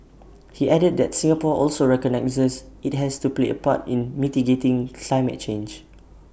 he added that Singapore also recognises IT has to play A part in mitigating climate change